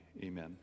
Amen